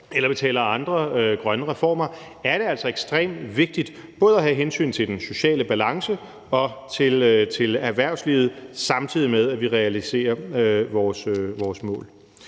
eller vi taler andre grønne reformer, er det altså ekstremt vigtigt både at tage hensyn til den sociale balance og til erhvervslivet, samtidig med at vi realiserer vores mål.